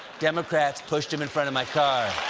democrats pushed him in front of my car.